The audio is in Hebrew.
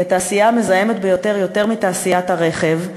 היא התעשייה המזהמת ביותר, יותר מתעשיית הרכב,